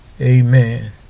Amen